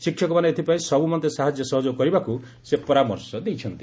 ଶିକ୍ଷକମାନେ ଏଥିପାଇଁ ସବୁମନ୍ତେ ସାହାଯ୍ୟ ସହଯୋଗ କରିବାକୁ ସେ ପରାମର୍ଶ ଦେଇଛନ୍ତି